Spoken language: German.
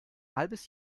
halbes